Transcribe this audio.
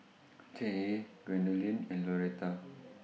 Cheyenne Gwendolyn and Loretta